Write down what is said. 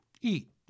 Eat